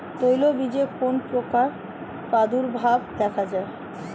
তৈলবীজে কোন পোকার প্রাদুর্ভাব দেখা যায়?